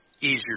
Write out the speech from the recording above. easier